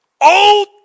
Old